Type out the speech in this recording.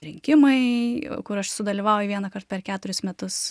rinkimai kur aš sudalyvauju vienąkart per keturis metus